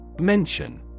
Mention